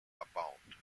abound